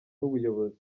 n’ubuyobozi